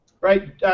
Right